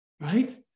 right